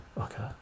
okay